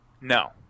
No